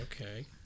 Okay